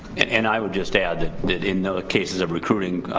and i would just add that that in the cases of recruiting,